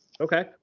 Okay